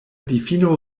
difino